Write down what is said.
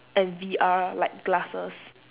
and V_R like glasses